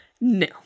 No